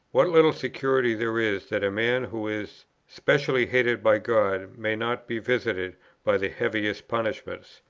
what little security there is that a man who is specially hated by god may not be visited by the heaviest punishments.